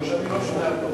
או שאני לא שומע טוב?